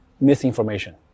misinformation